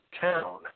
town